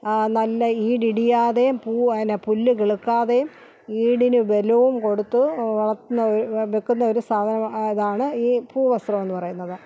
നല്ല ഈട് ഇടിയാതേയും പൂവ് എന്നാ പുല്ല് കിലുക്കാതെയും ഈടിന് ബലവും കൊടുത്ത് വളർത്തുന്ന ഒരു വെക്കുന്ന ഒരു സാധനമാണ് അതാണ് ഈ ഭൂ വസ്ത്രമെന്ന് പറയുന്നത്